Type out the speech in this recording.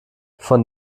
von